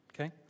Okay